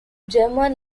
german